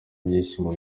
byishimo